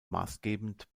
maßgebend